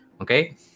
Okay